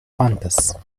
fantas